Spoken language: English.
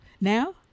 Now